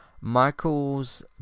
Michael's